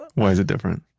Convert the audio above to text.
but why is it different?